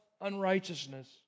unrighteousness